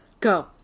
Go